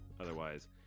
Otherwise